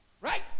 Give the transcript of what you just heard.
Right